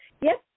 Yes